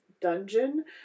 dungeon